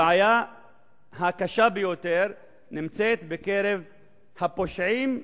הבעיה הקשה ביותר נמצאת בקרב הפושעים,